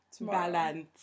Balance